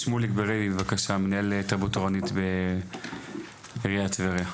שמוליק ברבי מנהל מחלקת תרבות עירונית בעיריית טבריה.